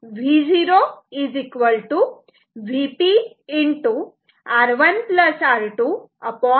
म्हणजेच Vo Vp R1R2R1 येईल